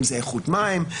אם זה באיכות המים,